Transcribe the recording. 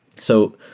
so